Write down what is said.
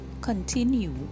continue